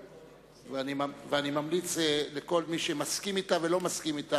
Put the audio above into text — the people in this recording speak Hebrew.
ואני ממליץ לכל מי שמסכים אתה ולא מסכים אתה